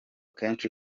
kenshi